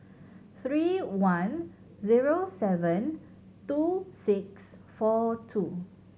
three one zero seven two six four two